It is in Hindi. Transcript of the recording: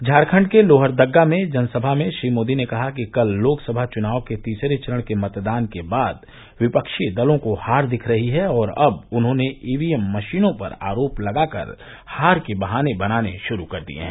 झारखंड के लोहरदग्गा में जनसभा में श्री मोदी ने कहा कि कल लोकसभा चुनाव के तीसरे चरण के मतदान के बाद विपक्षी दलों को हार दिख रही है और अब उन्होंने ईवीएम मशीनों पर आरोप लगाकर हार के बहाने बनाने शुरू कर दिये हैं